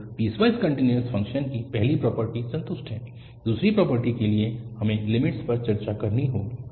तो piecewise continuous function की पहली प्रॉपर्टी संतुष्ट है दूसरी प्रॉपर्टी के लिए हमें लिमिट्स पर चर्चा करनी होगी